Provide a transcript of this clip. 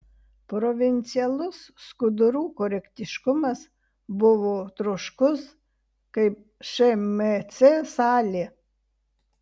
provincialus skudurų korektiškumas buvo troškus kaip šmc salė